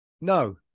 No